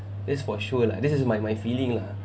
that's for sure lah this is my my feeling lah